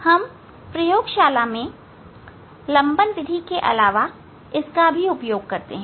हम प्रयोगशाला में लंबन विधि के अलावा इसे भी उपयोग करते हैं